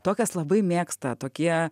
tokias labai mėgsta tokie